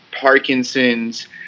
Parkinson's